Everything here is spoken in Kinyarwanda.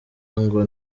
ngo